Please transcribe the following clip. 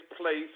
place